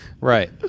Right